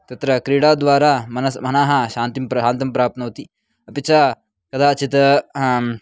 तत्र क्रीडाद्वारा मनसः मनः शान्तिं प्रा शान्तिं प्राप्नोति अपि च कदाचित् आं